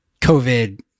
COVID